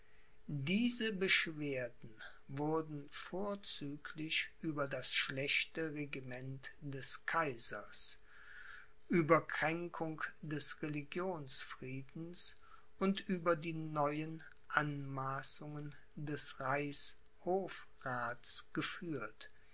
diese beschwerden wurden vorzüglich über das schlechte regiment des kaisers über kränkung des religionsfriedens und über die neuen anmaßungen des reichshofraths geführt